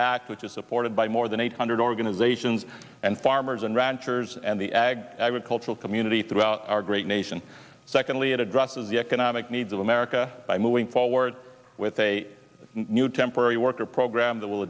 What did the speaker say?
act which is supported by more than eight hundred organizations and farmers and ranchers and the agricultural community throughout our great nation secondly it addresses the can i make needs of america by moving forward with a new temporary worker program that will